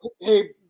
Hey